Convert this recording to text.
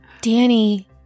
Danny